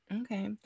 okay